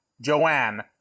Joanne